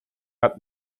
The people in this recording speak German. hat